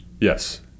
Yes